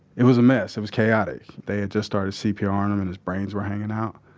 it was a mess. it was chaotic. they had just started cpr on him and his brains were hanging out.